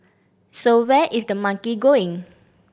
so where is the money going